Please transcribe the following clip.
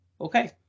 Okay